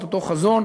את אותו חזון,